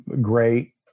great